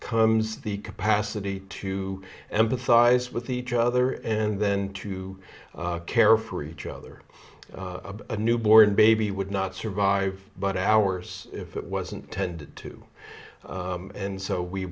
comes the capacity to empathize with each other and then to care for each other a newborn baby would not survive but ours if it wasn't tended to and so we